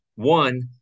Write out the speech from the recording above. one